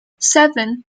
seven